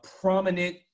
prominent